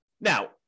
Now